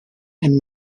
and